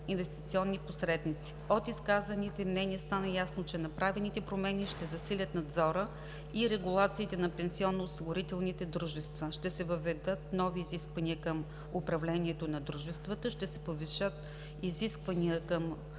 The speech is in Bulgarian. инвестиционни посредници. От изказаните мнения стана ясно, че направените промени ще засилят надзора и регулациите на пенсионноосигурителните дружества. Ще се въведат нови изисквания към управлението на дружествата, ще се повишат изискванията към